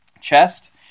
chest